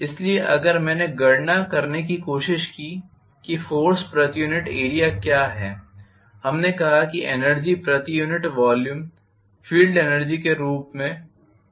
इसलिए अगर मैंने गणना करने की कोशिश की कि फोर्स प्रति यूनिट एरिया क्या है हमने कहा कि एनर्जी प्रति यूनिट वॉल्यूम फील्ड एनर्जी के रूप में B220 है